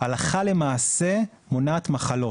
הלכה למעשה מונעת מחלות.